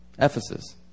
Ephesus